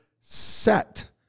set